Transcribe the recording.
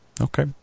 Okay